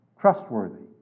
trustworthy